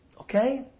Okay